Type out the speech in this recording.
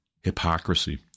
hypocrisy